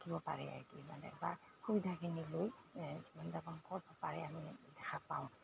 থাকিব পাৰে কি মানে বা সুবিধাখিনি লৈ জীৱন যাপন ক'ব পাৰে আমি দেখা পাওঁ